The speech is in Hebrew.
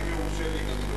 אם יורשה לי להסביר,